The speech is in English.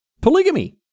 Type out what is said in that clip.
Polygamy